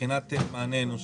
מבחינת מענה אנושי?